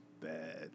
bad